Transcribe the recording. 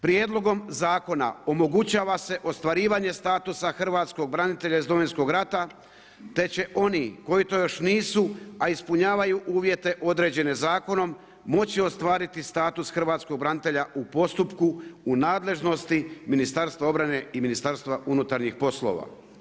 Prijedlogom zakona omogućava se ostvarivanje statusa hrvatskog branitelja iz Domovinskog rata te će oni koji to još nisu, a ispunjavaju uvjete određene zakonom, moći ostvariti status hrvatskog branitelja u postupku u nadležnosti Ministarstva obrane i Ministarstva unutarnjih poslova.